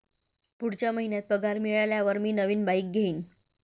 पुढच्या महिन्यात पगार मिळाल्यावर मी नवीन बाईक घेईन